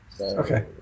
Okay